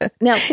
now